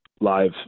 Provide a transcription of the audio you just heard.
live